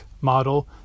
model